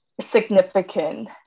significant